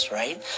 right